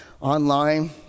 online